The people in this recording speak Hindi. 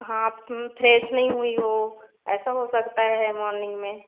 हाँ आप फ्रेश नहीं हुई हो ऐसा हो सकता है मॉर्निंग में